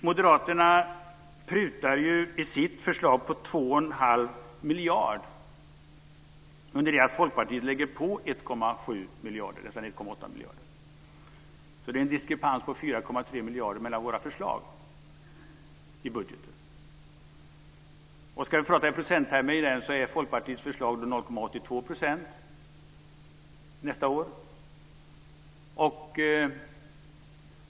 Moderaterna prutar ju i sitt förslag 2 1⁄2 miljard, under det att Folkpartiet lägger på nästan 1,8 miljarder. Det är en diskrepans på 4,3 miljarder mellan våra förslag i budgeten. Ska vi prata i procenttermer innebär Folkpartiets förslag 0,82 % nästa år.